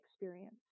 experience